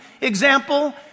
example